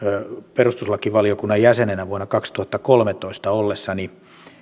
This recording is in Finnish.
perustuslakivaliokunnan jäsenenä vuonna kaksituhattakolmetoista ollessani